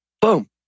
boom